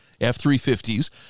F-350s